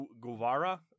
Guevara